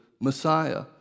Messiah